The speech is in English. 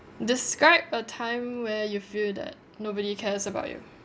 describe a time where you feel that nobody cares about you